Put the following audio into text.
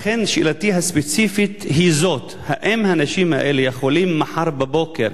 לכן שאלתי הספציפית היא זאת: האם האנשים האלה יכולים מחר בבוקר,